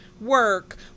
work